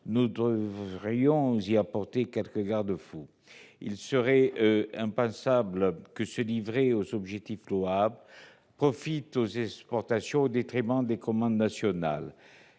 tout de même y apporter quelques garde-fous. Il serait impensable que ce livret, aux objectifs louables, favorise les exportations au détriment des commandes nationales.